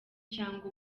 cyangwa